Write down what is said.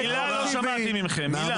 מילה לא שמעתי מכם, מילה.